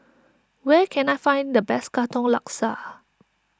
where can I find the best Katong Laksa